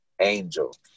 angel